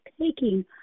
taking